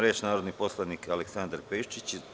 Reč ima narodni poslanik Aleksandar Pejčić.